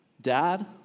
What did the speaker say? dad